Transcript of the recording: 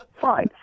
Fine